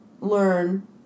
learn